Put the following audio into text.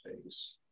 space